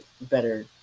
better